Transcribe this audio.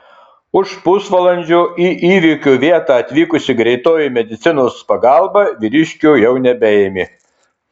už pusvalandžio į įvykio vietą atvykusi greitoji medicinos pagalba vyriškio jau nebeėmė